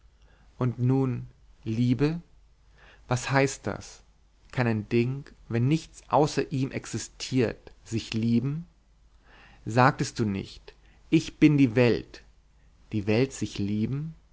und nun liebe was heißt das kann ein ding wenn nichts außer ihm existiert sich lieben sagtest du nicht ich bin die welt die welt sich lieben